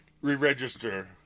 re-register